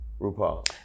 RuPaul